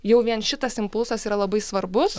jau vien šitas impulsas yra labai svarbus